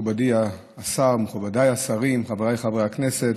מכובדי השר, מכובדיי השרים, חבריי חברי הכנסת,